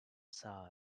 size